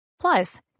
plus